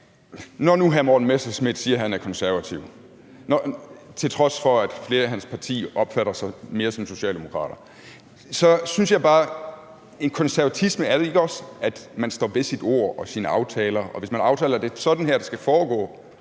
når nu hr. Morten Messerschmidt siger, at han er konservativ, til trods for at flere i hans parti mere opfatter sig som socialdemokrater, spørger jeg: Er konservatisme ikke også at stå ved sit ord og sine aftaler, og at hvis man aftaler, at det er den måde, det skal foregå